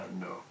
no